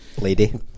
lady